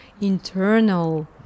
internal